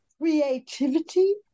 creativity